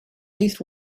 least